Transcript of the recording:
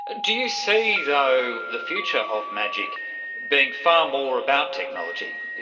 ah do you see though the future of magic being far more about technology?